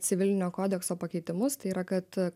civilinio kodekso pakeitimus tai yra kad